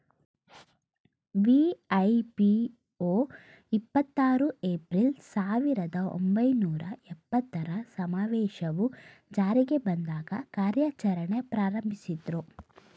ವಿ.ಐ.ಪಿ.ಒ ಇಪ್ಪತ್ತು ಆರು ಏಪ್ರಿಲ್, ಸಾವಿರದ ಒಂಬೈನೂರ ಎಪ್ಪತ್ತರ ಸಮಾವೇಶವು ಜಾರಿಗೆ ಬಂದಾಗ ಕಾರ್ಯಾಚರಣೆ ಪ್ರಾರಂಭಿಸಿದ್ರು